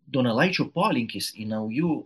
donelaičio polinkis į naujų